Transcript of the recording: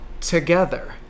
together